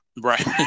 right